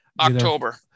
October